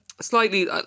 slightly